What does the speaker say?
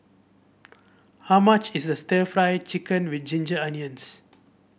how much is stir Fry Chicken with Ginger Onions